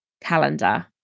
calendar